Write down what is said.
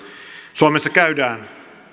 suomessa käydään